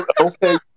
Okay